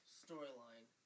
storyline